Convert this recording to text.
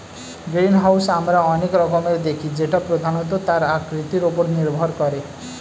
greenhouse আমরা অনেক রকমের দেখি যেটা প্রধানত তার আকৃতির ওপর নির্ভর করে